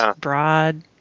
broad